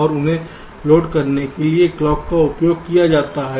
और उन्हें लोड करने के लिए क्लॉक का उपयोग किया जाता है